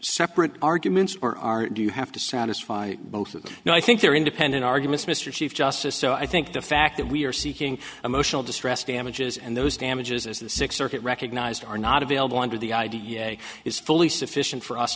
separate arguments or are do you have to satisfy both of them now i think they're independent arguments mr chief justice so i think the fact that we are seeking emotional distress damages and those damages as the six circuit recognized are not available under the idea is fully sufficient for us